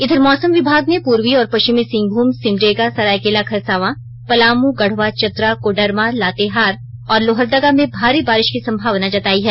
इधर मौसम विभाग ने पूर्वी और परिचमी सिंहमुम सिमडेगा सरायकेला खरसाया पलाम गढवा चतरा कोडरमा लातेहार और लोहरदगा में भारी बारिश की संभावना जताई है